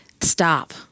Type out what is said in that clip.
stop